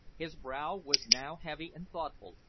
his brow was now heavy and thoughtful,